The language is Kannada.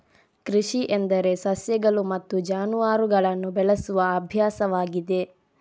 ಕೃಷಿ ಎಂದರೆ ಸಸ್ಯಗಳು ಮತ್ತು ಜಾನುವಾರುಗಳನ್ನು ಬೆಳೆಸುವ ಅಭ್ಯಾಸವಾಗಿದೆ